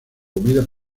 comida